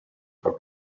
for